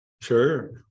Sure